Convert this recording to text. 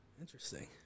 Interesting